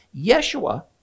Yeshua